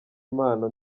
impano